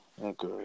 Okay